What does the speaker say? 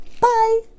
Bye